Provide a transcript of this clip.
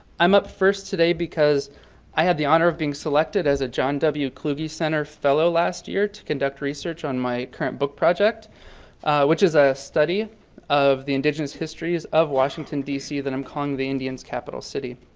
i'm up first today because i had the honor of being selected as a john w. kluge center fellow last year to conduct research on my current book project which is a study of the indigenous histories of washington dc that i'm calling the indian's captial city.